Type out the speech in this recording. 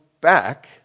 back